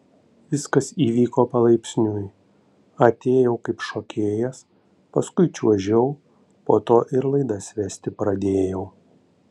viskas įvyko palaipsniui atėjau kaip šokėjas paskui čiuožiau po to ir laidas vesti pradėjau